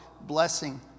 blessing